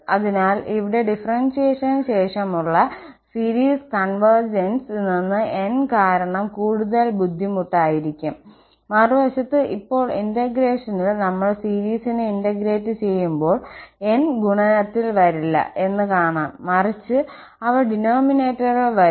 അതിനാൽ ഇവിടെ ഡിഫറെൻസിയേഷൻ ശേഷമുള്ള സീരീസ് കൺവെർഗെൻസ് നിന്ന് n കാരണം കൂടുതൽ ബുദ്ധിമുട്ട് ആയിരിക്കും മറുവശത്ത് ഇപ്പോൾ ഇന്റഗ്രേഷനിൽ നമ്മൾ സീരിസിനെ ഇന്റഗ്രേറ്റ് ചെയ്യുമ്പോൾ n ഗുണനത്തിൽ വരില്ല എന്ന് കാണാം മറിച്ച് അവ ഡിനോമിനേറ്റർ ൽ വരും